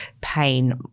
pain